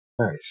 Nice